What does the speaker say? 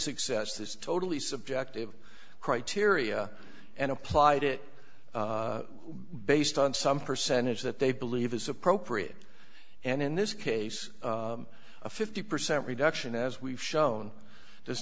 success this totally subjective criteria and applied it based on some percentage that they believe is appropriate and in this case a fifty percent reduction as we've shown does